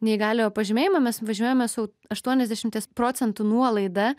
neįgaliojo pažymėjimą mes važiuojame su aštuoniasdešimties procentų nuolaida